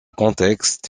contexte